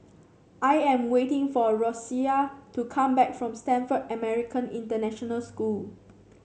I am waiting for Rosalia to come back from Stamford American International School